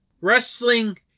Wrestling